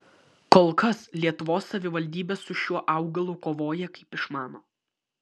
kol kas lietuvos savivaldybės su šiuo augalu kovoja kaip išmano